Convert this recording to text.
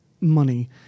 money